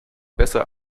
besser